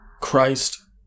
Christ